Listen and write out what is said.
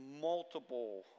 multiple